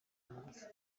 magufi